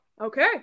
okay